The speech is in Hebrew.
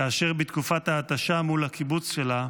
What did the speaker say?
כאשר בתקופת ההתשה מול הקיבוץ שלה,